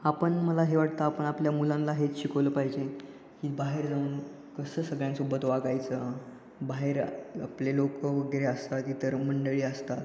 आपण मला हे वाटतं आपण आपल्या मुलांना हेच शिकवलं पाहिजे की बाहेर जाऊन कसं सगळ्यांसोबत वागायचं बाहेर आपले लोकं वगैरे असतात इतर मंडळी असतात